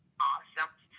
Awesome